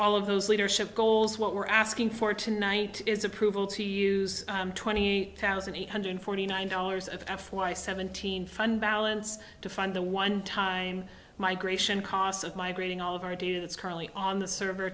all of those leadership goals what we're asking for tonight is approval to use twenty thousand eight hundred forty nine dollars of f y seventeen fund balance to fund the one time migration costs of migrating all of our data that's currently on the server